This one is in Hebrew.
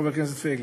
חבר הכנסת פייגלין.